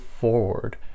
forward